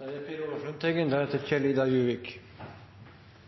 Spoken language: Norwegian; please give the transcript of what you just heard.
Jordbrukets samfunnsoppdrag er å produsere naturlig trygg mat i et volum som gir høy sjølforsyningsgrad av jordbruksmatvarer fra norske arealer. Det